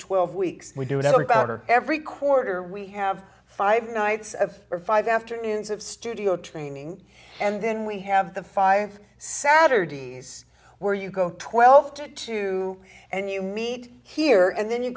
twelve weeks we do it about or every quarter we have five nights of or five afternoons of studio training and then we have the five saturdays where you go twelve to two and you meet here and then you